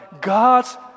God's